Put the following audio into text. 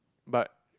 but